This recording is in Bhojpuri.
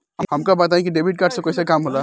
हमका बताई कि डेबिट कार्ड से कईसे काम होला?